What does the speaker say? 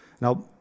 Now